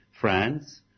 France